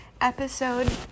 episode